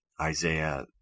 Isaiah